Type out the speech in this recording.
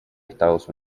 estados